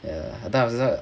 ya அதாவது:athaavathu